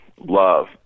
love